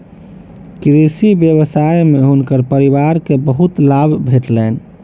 कृषि व्यवसाय में हुनकर परिवार के बहुत लाभ भेटलैन